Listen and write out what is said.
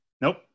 Nope